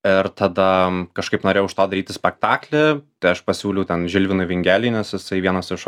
ir tada kažkaip norėjau iš to daryti spektaklį tai aš pasiūliau ten žilvinui vingeliui nes jisai vienas iš